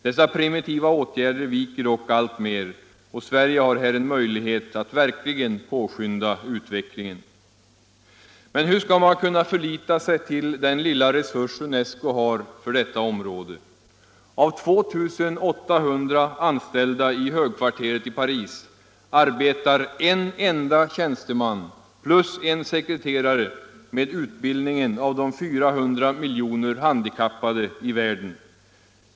Dessa primitiva åtgärder viker dock alltmer, och Sverige har här en möjlighet att verkligen påskynda utvecklingen. Men hur skall man kunna förlita sig till den lilla resurs UNESCO har för detta område? Av 2 800 anställda i högkvarteret i Paris arbetar en enda tjänsteman plus en sekreterare med utbildningen av de 400 miljonerna handikappade i världen.